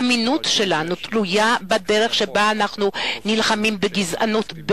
האמינות שלנו תלויה בדרך שבה אנחנו נלחמים בגזענות,